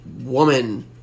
woman